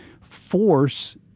Force